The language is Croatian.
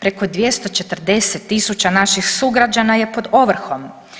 preko 240.000 naših sugrađana je pod ovrhom.